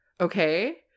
Okay